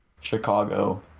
Chicago